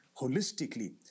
holistically